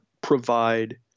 provide